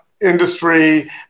industry